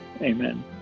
amen